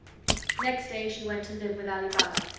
next day she went to live with ali baba,